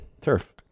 Turf